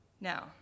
Now